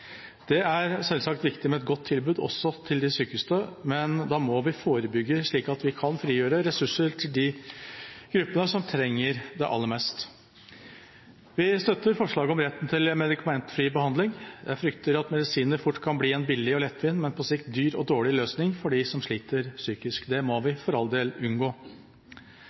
Det er selvsagt viktig med et godt tilbud også til de sykeste, men da må vi forebygge, slik at vi kan frigjøre ressurser til de gruppene som trenger det aller mest. Vi støtter punktet i forslaget om retten til en medikamentfri behandling, men frykter at medisiner fort kan bli en billig og lettvint – men på sikt dyr og dårlig – løsning for dem som sliter psykisk. Det må vi for all del unngå.